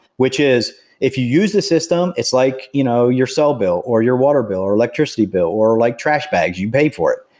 which is if you use the system, it's like you know your cell bill, or your water bill, or electricity bill, or like trash bags, you pay for it.